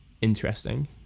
interesting